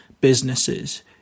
businesses